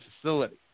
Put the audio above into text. facility